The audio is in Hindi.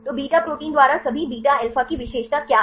तो बीटा प्रोटीन द्वारा सभी बीटा अल्फा की विशेषता क्या है